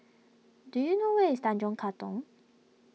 do you know where is Tanjong Katong